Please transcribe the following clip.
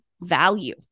value